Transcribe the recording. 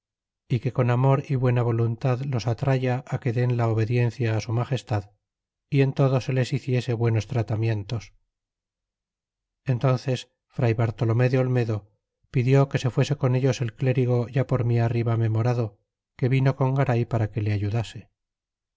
que con amor buena voluntad los atraya que den la obediencia su magestad y en todo se les hiciese buenos tratamientos entánces fray bartolomé de olmedo pidió que se fuese con ellos el clérigo ya por mí arriba memorado que vino con garay para que le ayudase